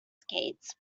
skates